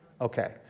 Okay